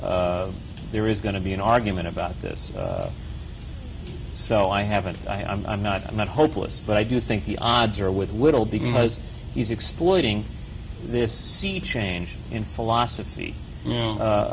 there is going to be an argument about this so i haven't i'm i'm not i'm not hopeless but i do think the odds are with little because he's exploiting this sea change in philosophy